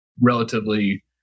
relatively